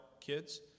kids